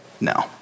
no